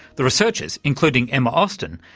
the researchers, including emma austin,